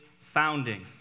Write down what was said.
founding